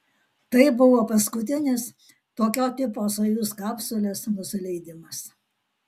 tai buvo paskutinis tokio tipo sojuz kapsulės nusileidimas